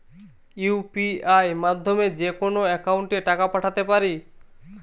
UPI মাধ্যমে যেকোনো একাউন্টে টাকা পাঠাতে পারি?